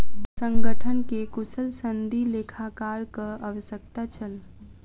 संगठन के कुशल सनदी लेखाकारक आवश्यकता छल